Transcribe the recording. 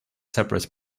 separate